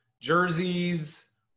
jerseys